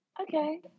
Okay